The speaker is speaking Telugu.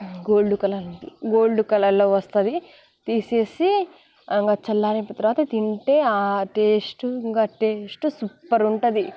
గోల్డ్ కలర్లో గోల్డ్ కలర్లో వస్తుంది తీసేసి చల్లారిన తరువాత తింటే ఆ టేస్ట్ ఇంకా టేస్ట్ సూపర్ ఉంటుంది